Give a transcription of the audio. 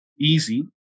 easy